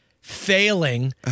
failing